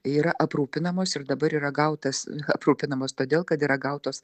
yra aprūpinamos ir dabar yra gautas aprūpinamos todėl kad yra gautos